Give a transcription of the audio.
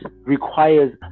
requires